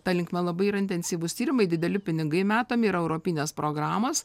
ta linkme labai yra intensyvus tyrimai dideli pinigai metami yra europinės programos